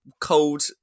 Cold